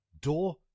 Door